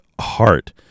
heart